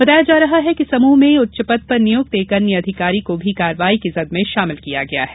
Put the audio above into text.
बताया जा रहा है कि समूह में उच्च पद पर नियुक्त एक अन्य अधिकारी को भी कार्रवाई की जद में शामिल किया गया है